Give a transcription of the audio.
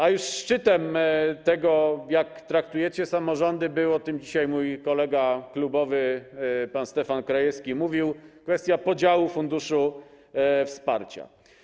A już szczytem tego, jak traktujecie samorządy, była - o tym dzisiaj mój kolega klubowy pan Stefan Krajewski mówił - kwestia podziału funduszu wsparcia.